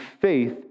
faith